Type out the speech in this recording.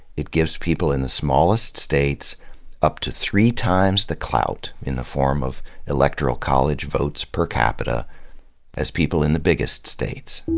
it gives people in the smallest states up to three times the clout in the form of electoral college votes per capita as people in the biggest states.